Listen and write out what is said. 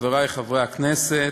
חברי חברי הכנסת,